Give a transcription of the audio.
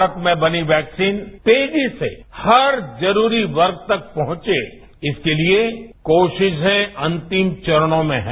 भारत में बनी वैक्सीन तेजी से हर जरूरी वर्ग तक पहुंचे इसके लिए कोशिशें अंतिम चरणों में हैं